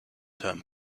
term